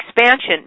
expansion